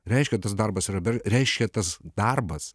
reiškia tas darbas yra bereikš reiškia tas darbas